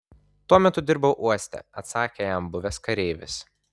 tuo metu dirbau uoste atsakė jam buvęs kareivis